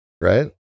Right